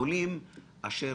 הגדולים אשר